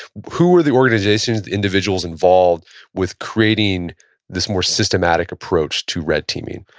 who were the organizations, the individuals involved with creating this more systematic approach to red teaming?